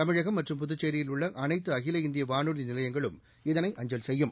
தமிழகம் மற்றும் புதுச்சோயில் உள்ள அனைத்து அகில இந்திய வானொலி நிலையங்களும் இதனை அஞ்சல் செய்யும்